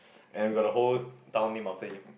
and we've got a whole town named after him